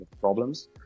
problems